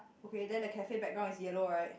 okay then the cafe background is yellow right